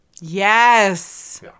yes